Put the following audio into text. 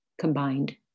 combined